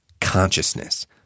consciousness